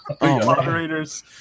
moderators